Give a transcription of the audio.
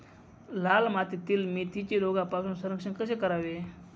लाल मातीतील मेथीचे रोगापासून संरक्षण कसे करावे?